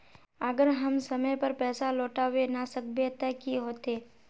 अगर हम समय पर पैसा लौटावे ना सकबे ते की होते?